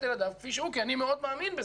ילדיו כפי שהוא רוצה כי אני מאוד מאמין בזה.